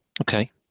Okay